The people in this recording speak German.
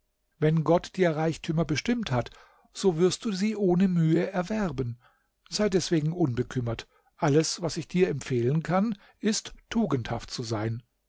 wenn gott dir reichtümer bestimmt hat so wirst du sie ohne mühe erwerben sei deswegen unbekümmert alles was ich dir empfehlen kann ist tugendhaft zu sein